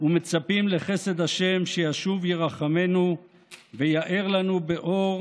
ומצפים לחסד ה' שישוב ירחמנו ויאר לנו באור